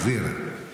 וזירה,